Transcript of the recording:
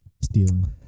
stealing